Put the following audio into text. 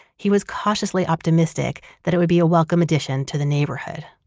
he was cautiously optimistic that it would be a welcome addition to the neighborhood.